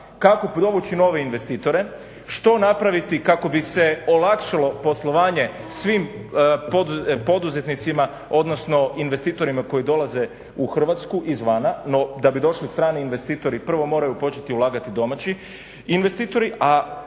kako … nove investitore, što napraviti kako bi se olakšalo poslovanje svim poduzetnicima odnosno investitorima koji dolaze u Hrvatsku izvana, no da bi došli strani investitori prvo moraju početi ulagati domaći investitori,